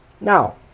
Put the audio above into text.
Now